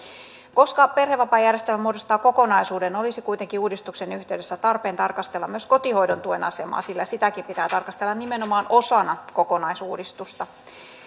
koska perhevapaajärjestelmä muodostaa kokonaisuuden olisi kuitenkin uudistuksen yhteydessä tarpeen tarkastella myös kotihoidon tuen asemaa sillä sitäkin pitää tarkastella nimenomaan osana kokonaisuudistusta